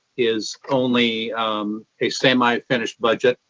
is only a semi-finished budget,